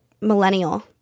millennial